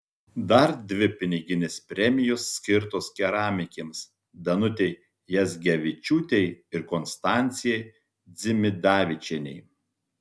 dar dvi piniginės premijos skirtos keramikėms danutei jazgevičiūtei ir konstancijai dzimidavičienei